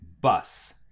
Bus